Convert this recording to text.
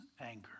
anger